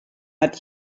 hat